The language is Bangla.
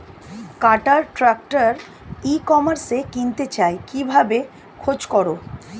কাটার ট্রাক্টর ই কমার্সে কিনতে চাই কিভাবে খোঁজ করো?